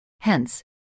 Hence